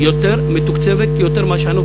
היא מתוקצבת יותר מאשר אנחנו